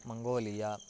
Mongolia